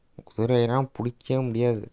குதிரையெல்லாம் பிடிக்கவே முடியாது